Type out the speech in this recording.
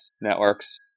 networks